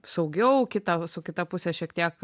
saugiau kitą su kita puse šiek tiek